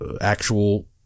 actual